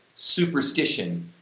superstition,